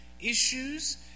issues